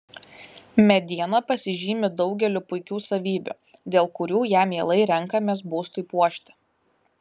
mediena pasižymi daugeliu puikių savybių dėl kurių ją mielai renkamės būstui puošti